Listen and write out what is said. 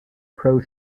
pro